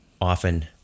often